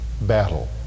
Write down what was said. battle